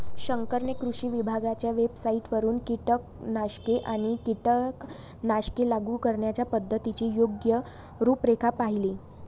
शंकरने कृषी विभागाच्या वेबसाइटवरून कीटकनाशके आणि कीटकनाशके लागू करण्याच्या पद्धतीची योग्य रूपरेषा पाहिली